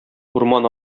урман